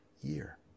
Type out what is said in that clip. year